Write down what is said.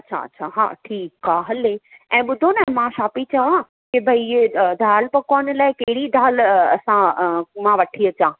अच्छा अच्छा हा ठीकु आहे हा हले ऐं ॿुधो न मां छा पई चवां की भई हे दाल पकवान लाइ कहिड़ी दाल असां मां वठी अचां